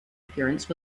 appearance